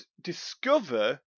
discover